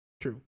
True